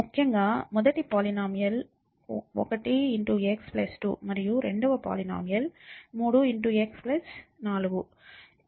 ముఖ్యంగా మొదటి polynomial 1 x 2 మరియు రెండవ పోలీనోమియల్ 3 x 4